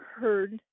heard